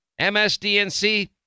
MSDNC